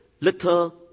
Little